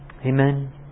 Amen